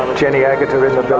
jenny ah agutter